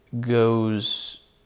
goes